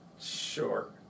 Sure